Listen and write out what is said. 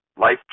Life